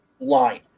line